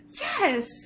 Yes